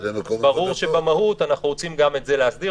ברור שבמהות אנחנו רוצים גם את זה להסדיר,